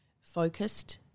focused